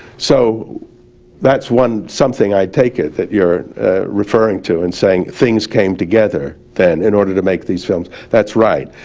so that's one something i take it that you're referring to and saying things came together then in order to make these films, that's right.